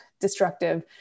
destructive